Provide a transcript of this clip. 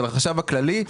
של החשב הכללי,